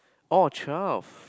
oh twelve